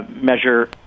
measure